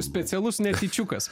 specialus netyčiukas